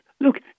Look